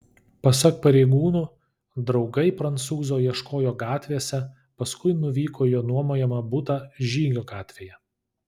pasak pareigūnų draugai prancūzo ieškojo gatvėse paskui nuvyko į jo nuomojamą butą žygio gatvėje